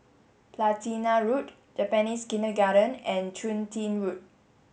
Platina Road Japanese Kindergarten and Chun Tin Road